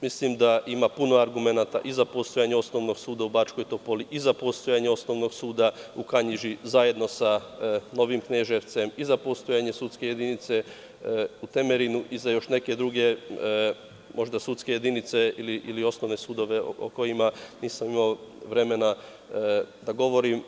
Mislim da ima puno argumenata i za postojanje osnovnog suda u Bačkoj Topoli, i za postojanje osnovnog suda u Kanjiži, zajedno sa Novim Kneževcem, i za postojanje sudske jedinice u Temerinu i za još neke druge sudske jedinice ili osnovne sudove o kojima nisam imao vremena da govorim.